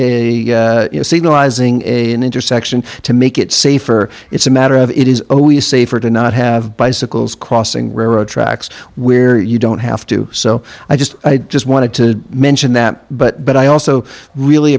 in intersection to make it safer it's a matter of it is always safer to not have bicycles crossing railroad tracks where you don't have to so i just i just wanted to mention that but i also really